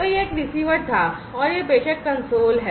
तो यह एक रिसीवर था और यह प्रेषक console है